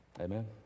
Amen